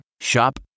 Shop